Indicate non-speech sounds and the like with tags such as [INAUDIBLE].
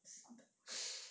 [BREATH]